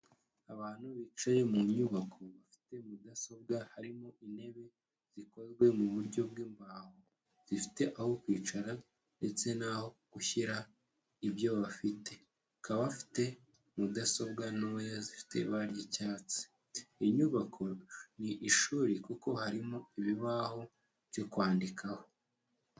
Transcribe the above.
Abantu bicaye mu nyubako bafite mudasobwa, harimo intebe zikozwe mu buryo bw'imbaho, zifite aho kwicara ndetse n'aho gushyira ibyo bafite, bakaba bafite mudasobwa ntoya zifite ba ry'icyatsi, iyi nyubako ni ishuri kuko harimo ibibaho byo kwandikaho.